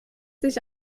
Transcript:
sich